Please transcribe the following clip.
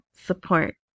support